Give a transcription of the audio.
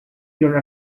your